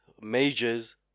majors